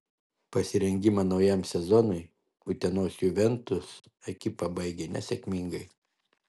pasirengimą naujam sezonui utenos juventus ekipa baigė nesėkmingai